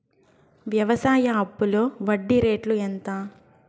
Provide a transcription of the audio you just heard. వ్యవసాయ అప్పులో వడ్డీ రేట్లు ఎంత?